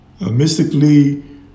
Mystically